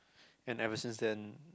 and ever since then